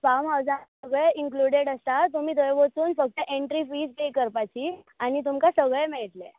farm हावजांत सगळें included आसता तुमी थंय वचून फक्त एंट्री फी पे करपाची आनी तुमकां सगळें मेळटलें